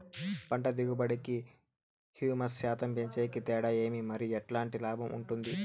పంట దిగుబడి కి, హ్యూమస్ శాతం పెంచేకి తేడా ఏమి? మరియు ఎట్లాంటి లాభం ఉంటుంది?